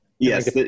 Yes